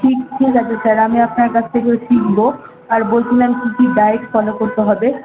ঠিক ঠিক আছে স্যার আমি আপনার কাছ থেকে শিখবো আর বলছিলাম কী কী ডায়েট ফলো করতে হবে